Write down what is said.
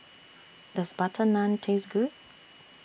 Does Butter Naan Taste Good